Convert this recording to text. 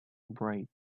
bright